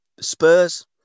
Spurs